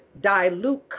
dilute